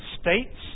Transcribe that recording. states